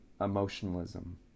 emotionalism